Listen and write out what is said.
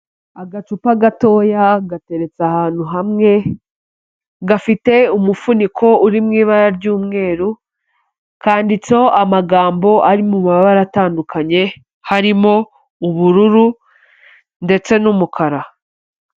Agacupa gatoya gateretse ahantu hamwe, gafite umufuniko urimo ibara ry'umweru, kanditseho amagambo ari mu mabara atandukanye, harimo ubururu ndetse n'umukara.